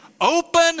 open